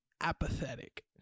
apathetic